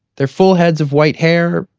their full heads of white hair,